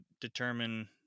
determine